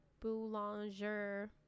Boulanger